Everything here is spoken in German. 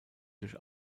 durch